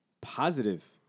positive